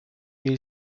jej